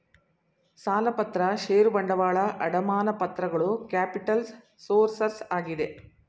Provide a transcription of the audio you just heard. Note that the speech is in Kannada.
ಸಾಲಪತ್ರ ಷೇರು ಬಂಡವಾಳ, ಅಡಮಾನ ಪತ್ರಗಳು ಕ್ಯಾಪಿಟಲ್ಸ್ ಸೋರ್ಸಸ್ ಆಗಿದೆ